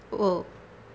oh